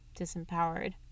disempowered